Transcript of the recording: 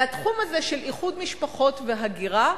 והתחום הזה, של איחוד משפחות והגירה,